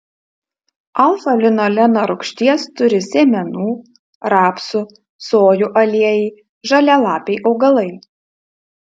alfa linoleno rūgšties turi sėmenų rapsų sojų aliejai žalialapiai augalai